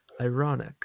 Ironic